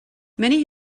many